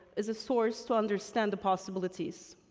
as a source to understand the possibilities.